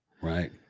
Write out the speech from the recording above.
right